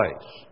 place